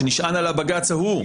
שנשען על הבג"ץ ההוא.